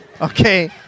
Okay